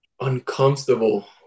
Uncomfortable